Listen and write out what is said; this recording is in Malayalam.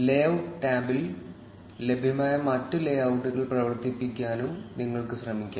ലേഔട്ട് ടാബിൽ ലഭ്യമായ മറ്റ് ലേഔട്ടുകൾ പ്രവർത്തിപ്പിക്കാനും നിങ്ങൾക്ക് ശ്രമിക്കാം